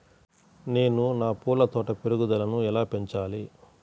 నేను నా పూల తోట పెరుగుదలను ఎలా పెంచాలి?